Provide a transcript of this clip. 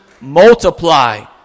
multiply